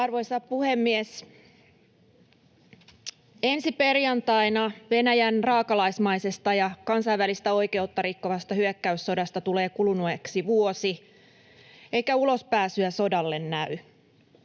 Arvoisa puhemies! Ensi perjantaina Venäjän raakalaismaisesta ja kansainvälistä oikeutta rikkovasta hyökkäyssodasta tulee kuluneeksi vuosi, eikä ulospääsyä sodalle näy.